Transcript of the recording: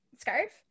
scarf